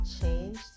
changed